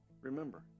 Remember